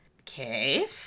Okay